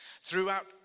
throughout